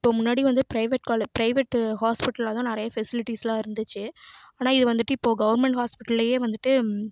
இப்போ முன்னாடி வந்து பிரைவேட் காலே பிரைவேட் ஹாஸ்பிட்டல்ல தான் நிறைய ஃபெசிலிட்டிஸ்லாம் இருந்துச்சு ஆனால் இது வந்துட்டு இப்போது கவர்மெண்ட் ஹாஸ்பிட்டல்லையே வந்துட்டு